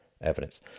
evidence